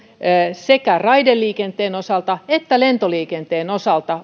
sekä raideliikenteen osalta että lentoliikenteen osalta